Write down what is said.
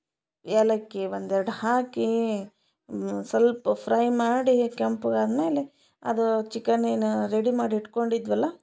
ಏಲಕ್ಕಿ ಒಂದೆರಡು ಹಾಕಿ ಸ್ವಲ್ಪ ಫ್ರೈ ಮಾಡಿ ಕೆಂಪಗಾದಮೇಲೆ ಅದು ಚಿಕನ್ ಏನು ರೆಡಿ ಮಾಡಿ ಇಟ್ಕೊಂಡಿದ್ದೆವಲ್ಲಾ